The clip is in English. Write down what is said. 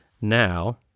now